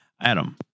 adam